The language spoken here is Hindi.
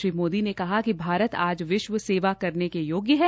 श्री मोदी ने कहा कि भारत आज विश्व सेवा करने के योग्य है